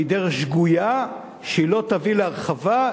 היא דרך שגויה שלא תביא להרחבה,